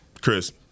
Chris